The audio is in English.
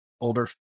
older